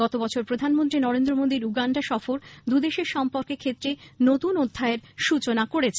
গত বছর প্রধানমন্ত্রী নরেন্দ্র মোদীর উগান্ডা সফর দু দেশের সম্পর্কের ক্ষেত্রে নতুন অধ্যায়ের সূচনা করেছে